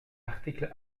article